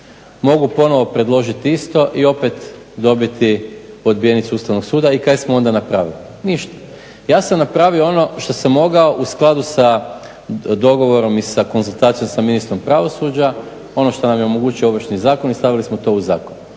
mogu ponovno predložiti isto i opet dobiti odbijenicu Ustavnog suda i kaj smo onda napravili? Ništa. Ja sam napravio ono što sam mogao u skladu sa dogovorom i sa konzultacijom sa ministrom pravosuđa ono što nam je omogućio ovršni zakon i stavili smo to u zakon.